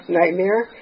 nightmare